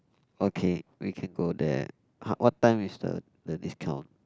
okay we can go there !huh! what time is the the discount